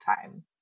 time